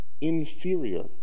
inferior